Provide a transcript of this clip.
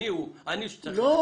אני הוא זה שצריך --- להפך,